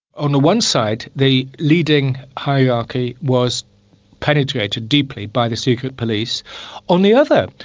on the one side, the leading hierarchy was penetrated deeply by the secret police on the other,